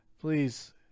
Please